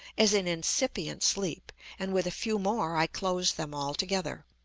as in incipient sleep, and with a few more i closed them altogether.